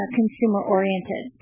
consumer-oriented